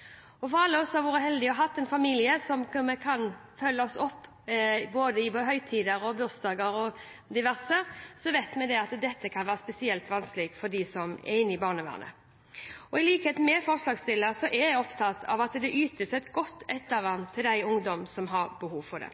voksenliv. For alle oss som har vært heldige og hatt en familie som har kunnet følge oss opp ved både høytider og bursdager og diverse, vet vi at dette kan være spesielt vanskelig for dem som er i barnevernet. I likhet med forslagsstillerne er jeg opptatt av at det ytes et godt ettervern til de ungdommene som har behov for det.